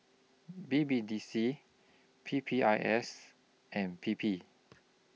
B B D C P P I S and P P